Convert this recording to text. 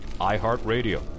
iHeartRadio